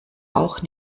auch